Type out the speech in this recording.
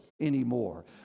Anymore